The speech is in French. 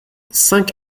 cinq